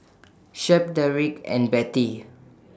Shep Dedrick and Bettie